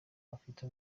bafite